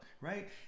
right